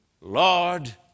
Lord